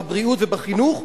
בבריאות ובחינוך,